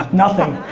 nothing.